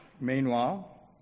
Meanwhile